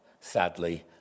sadly